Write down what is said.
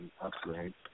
upgrade